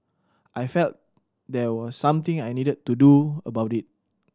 I felt there was something I needed to do about it